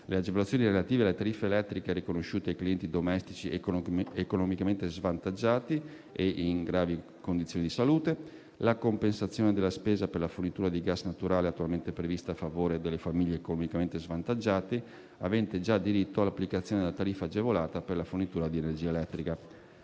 le agevolazioni relative alle tariffe elettriche riconosciute ai clienti domestici economicamente svantaggiati e in gravi condizioni di salute e la compensazione della spesa per la fornitura di gas naturale, attualmente prevista a favore delle famiglie economicamente svantaggiate, aventi già diritto all'applicazione della tariffa agevolata per la fornitura di energia elettrica.